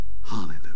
Hallelujah